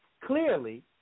Clearly